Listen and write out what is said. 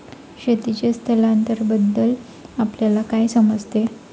शेतीचे स्थलांतरबद्दल आपल्याला काय समजते?